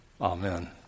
Amen